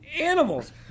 animals